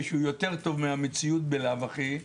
שהוא יותר טוב מהמציאות בלאו הכי,